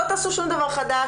לא תעשו שום דבר חדש,